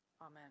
Amen